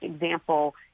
example